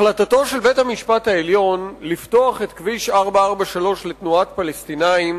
החלטתו של בית-המשפט העליון לפתוח את כביש 443 לתנועת פלסטינים